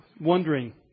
wondering